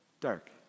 dark